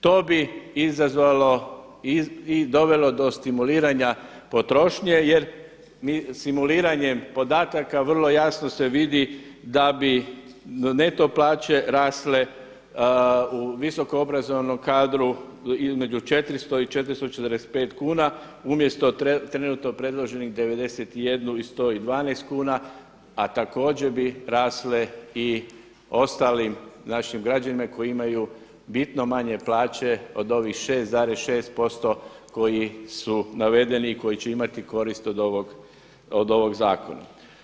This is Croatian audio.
To bi izazvalo i dovelo do stimuliranja potrošnje jer mi simuliranjem podataka vrlo jasno se vidi da bi neto plaće rasle u visokoobrazovnom kadru između 400 i 445 kuna umjesto trenutno predloženih 91 i 112 kuna a također bi rasle i ostalim našim građanima koji imaju bitno manje plaće od ovih 6,6% koji su navedeni i koji će imati koristi od ovoga zakona.